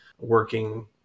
working